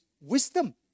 wisdom